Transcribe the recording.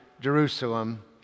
Jerusalem